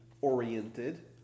oriented